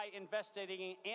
investigating